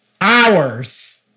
Hours